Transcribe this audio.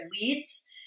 leads